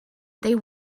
they